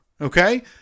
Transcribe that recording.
Okay